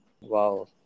Wow